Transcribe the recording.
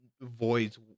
voids